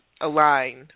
aligned